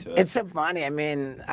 it's so funny. i mean